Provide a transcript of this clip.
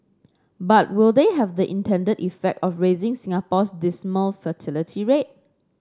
but will they have the intended effect of raising Singapore's dismal fertility rate